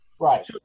Right